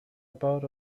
about